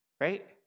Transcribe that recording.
right